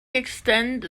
extend